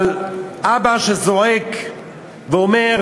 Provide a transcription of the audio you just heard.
אבל אבא זועק ואומר